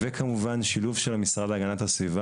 וכמובן שילוב של המשרד להגנת הסביבה